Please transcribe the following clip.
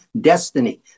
destiny